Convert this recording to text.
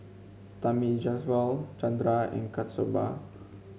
Thamizhavel Chandra and Kasturba